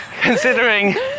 Considering